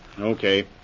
Okay